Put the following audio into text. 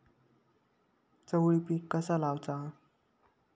चवळी पीक कसा लावचा?